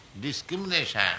discrimination